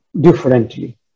differently